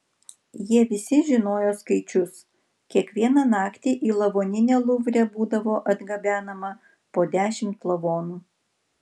jie visi žinojo skaičius kiekvieną naktį į lavoninę luvre būdavo atgabenama po dešimt lavonų